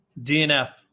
DNF